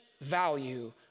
value